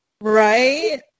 Right